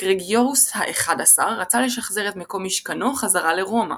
גרגוריוס האחד עשר רצה לשחזר את מקום משכנו חזרה לרומא.